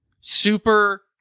super